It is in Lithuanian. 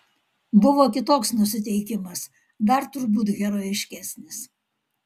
buvo kitoks nusiteikimas dar turbūt herojiškesnis